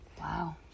Wow